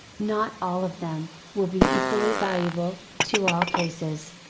not all of them, will be equally valuable, to all cases.